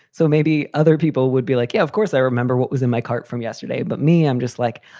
so maybe other people would be like, yeah, of course i remember what was in my cart from yesterday, but me, i'm just like,